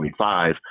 25